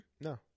No